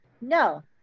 No